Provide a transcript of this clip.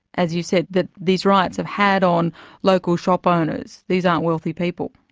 as you said, that these riots have had on local shop owners? these aren't wealthy people.